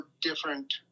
different